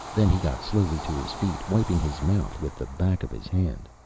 then he got slowly to his feet, wiping his mouth with the back of his hand.